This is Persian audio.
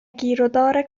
گیرودار